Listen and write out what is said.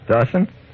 Dawson